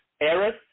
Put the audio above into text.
Eris